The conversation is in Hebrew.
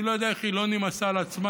אני לא יודע איך היא לא נמאסה על עצמה.